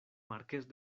marqués